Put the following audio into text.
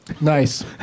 Nice